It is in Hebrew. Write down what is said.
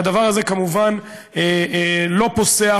והדבר הזה כמובן לא פוסח,